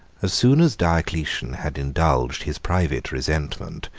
as soon as diocletian had indulged his private resentment,